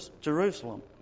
Jerusalem